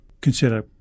consider